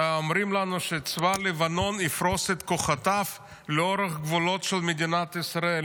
אומרים לנו שצבא לבנון יפרוס את כוחותיו לאורך גבולות מדינת ישראל,